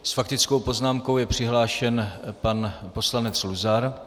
S faktickou poznámkou je přihlášen pan poslanec Luzar.